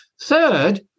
Third